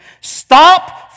stop